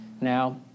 Now